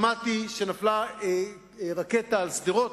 שמעתי שנפלה עוד פעם רקטה על שדרות.